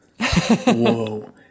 whoa